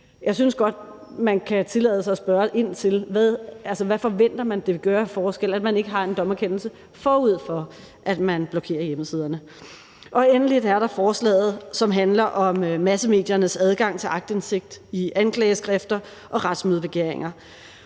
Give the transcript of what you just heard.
jeg synes godt, man kan tillade sig at spørge ind til, hvad man forventer det vil gøre af forskel, at man ikke har en dommerkendelse, forud for at man blokerer hjemmesider. Endelig er der det forslag, som handler om massemediernes adgang til aktindsigt i anklageskrifter og retsmødebegæringer.